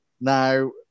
Now